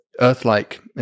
Earth-like